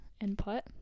input